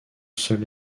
seul